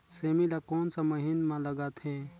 सेमी ला कोन सा महीन मां लगथे?